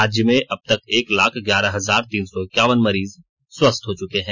राज्य में अब तक एक लाख ग्यारह हजार तीन सौ इकावन मरीज स्वस्थ हो चुके हैं